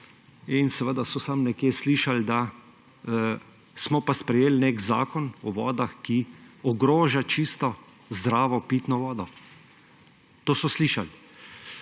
in seveda so samo nekje slišali, da smo pa sprejeli nek Zakon o vodah, ki ogroža čisto zdravo pitno vodo. To so slišali.